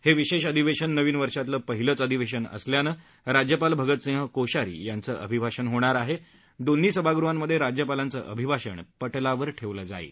हे विशेष अधिवेशन नवीन वर्षातलं पहिलंच अधिवेशन असल्यानं राज्यपाल भगतसिंह कोश्यारी यांचं अभिभाषण होणार असून दोन्ही सभागृहामध्ये राज्यपालांचं अभिभाषण पटलावर ठेवलं जाईल